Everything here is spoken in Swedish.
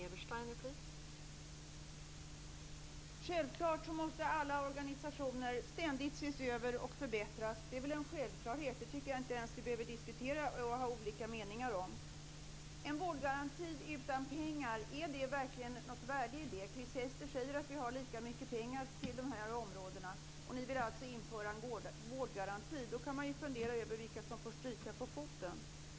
Fru talman! Självklart måste alla organisationer ständigt ses över och förbättras. Det är väl en självklarhet. Det behöver vi inte ens diskutera och ha olika meningar om. En vårdgaranti utan pengar - är det verkligen något värde i det? Chris Heister säger att vi har lika mycket pengar till de här områdena, och ni vill alltså införa en vårdgaranti. Då kan man fundera över vilka som får stryka på foten.